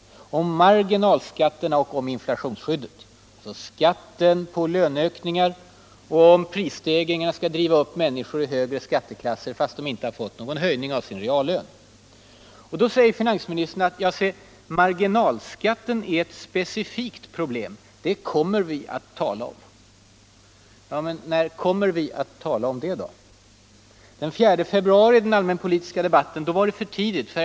Den handlar om marginalskatterna och om inflationsskyddet, alltså skatten på löneökningar, och om prisstegringar skall driva upp människor i högre skatteklasser trots att de inte fått någon höjning av sin reallön. Nu säger finansministern: Ja, se, marginalskatten är ett specifikt pro blem, som vi kommer att tala om. Ja men, när kommer vi att tala om det då? I den allmänpolitiska debatten den 4 februari var det för tidigt.